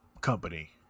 company